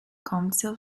council